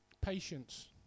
patience